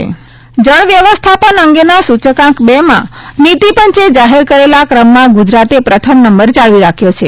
નીતી પંચ જળવ્યવસ્થાપન અંગેના સૂચકાંક બે માં નીતીપંચે જાહેર કરેલા ક્રમમાં ગુજરાતે પ્રથમ નંબર જાળવી રાખ્યો છે